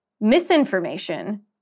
misinformation